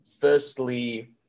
Firstly